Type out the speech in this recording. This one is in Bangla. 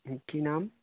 হুম কী নাম